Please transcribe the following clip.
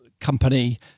company